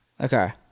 Okay